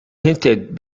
hinted